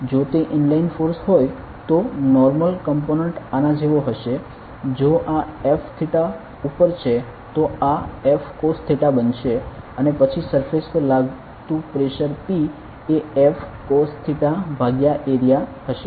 જો તે inline force હોય તો નોર્મલ કોમ્પોનેંટ આના જેવો હશે જો આ F થીટા ઉપર છે તો આ F કોસ થીટા બનશે અને પછી સરફેસ પર લાગતુ પ્રેશર P એ F કોસ થીટા ભાગ્યા એરિયા હશે